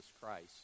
Christ